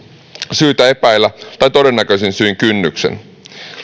syytä epäillä tai todennäköisin syin kynnyksen